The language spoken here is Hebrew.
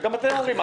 וגם אתם אומרים,